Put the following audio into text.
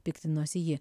piktinosi ji